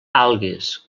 algues